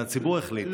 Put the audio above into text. זה הציבור החליט,